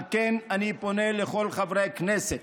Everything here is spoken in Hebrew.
על כן אני פונה לכל חברי הכנסת